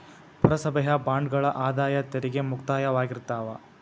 ಪುರಸಭೆಯ ಬಾಂಡ್ಗಳ ಆದಾಯ ತೆರಿಗೆ ಮುಕ್ತವಾಗಿರ್ತಾವ